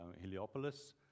Heliopolis